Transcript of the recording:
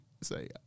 Say